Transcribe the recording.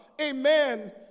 amen